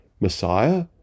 Messiah